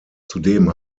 zudem